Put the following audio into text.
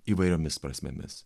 įvairiomis prasmėmis